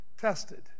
tested